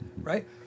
right